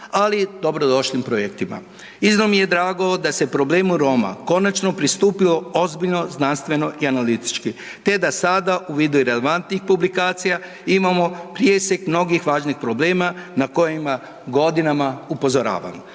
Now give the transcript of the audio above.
ali dobrodošlim projektima. Iznimno mi je drago da se problemu Roma konačno pristupio ozbiljno, znanstveno i analitički te da sada u vidu relevantnih publikacija imamo presjek mnogih važnih problema na kojima godinama upozoravamo.